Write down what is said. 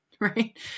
Right